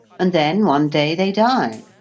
and then one day they die,